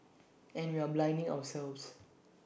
and we are blinding ourselves